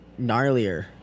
gnarlier